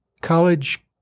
college